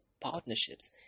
partnerships